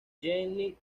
jenny